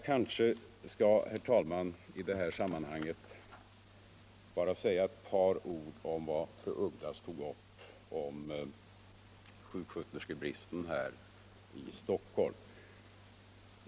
Jag skall väl också med några ord bemöta vad fru af Ugglas anförde beträffande sjuksköterskebristen här i Stockholm.